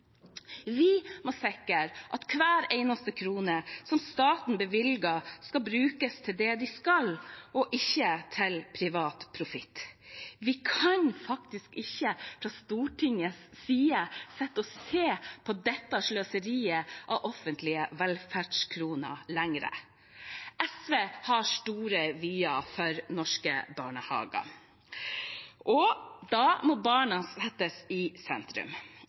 Vi må sikre at hver eneste krone som staten bevilger, skal brukes til det de skal, og ikke til privat profitt. Vi kan faktisk ikke, fra Stortingets side, sitte og se på dette sløseriet av offentlige velferdskroner lenger. SV har store vyer for norske barnehager, og da må barna settes i sentrum.